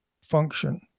function